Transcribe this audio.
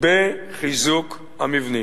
בחיזוק המבנים.